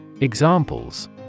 Examples